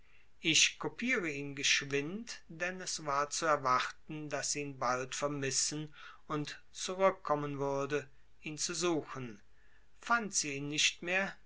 ich kopiere ihn geschwind denn es war zu erwarten daß sie ihn bald vermissen und zurückkommen würde ihn zu suchen fand sie ihn nicht mehr